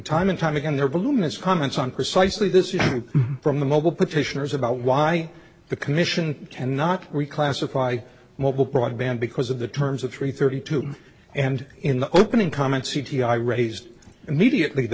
time and time again their balloon is comments on precisely this you from the mobile petitioner's about why the commission cannot reclassify mobile broadband because of the terms of three thirty two and in the opening comments e t i raised immediately the